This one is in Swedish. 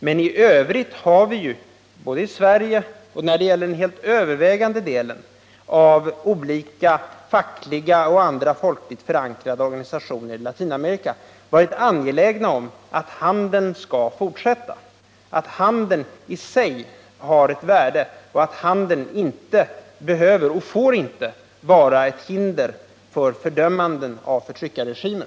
Men i övrigt har vi ju i Sverige — och det gäller även den helt övervägande delen av olika fackliga och andra folkligt förankrade organisationer i Latinamerika — varit angelägna om att handeln skall fortsätta. Vi anser att handeln i sig har ett värde och att handeln inte behöver och inte får vara ett hinder för fördömanden av förtryckarregimer.